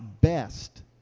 best